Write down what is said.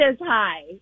hi